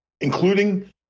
including